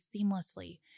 seamlessly